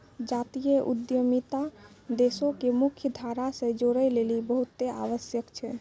जातीय उद्यमिता देशो के मुख्य धारा से जोड़ै लेली बहुते आवश्यक छै